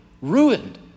ruined